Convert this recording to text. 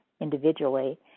individually